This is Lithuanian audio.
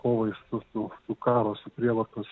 kovai su su su karo su prievartos